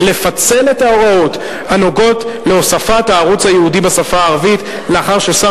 לפצל את ההוראות הנוגעות בהוספת הערוץ הייעודי בשפה הערבית לאחר ששר